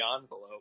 envelope